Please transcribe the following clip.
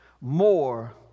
more